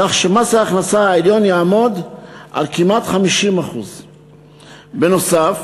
כך שמס ההכנסה העליון יעמוד על כמעט 50%. נוסף